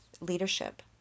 leadership